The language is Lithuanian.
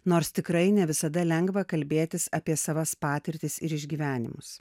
nors tikrai ne visada lengva kalbėtis apie savas patirtis ir išgyvenimus